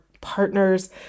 partners